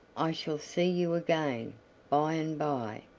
i shall see you again by and by.